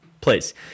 please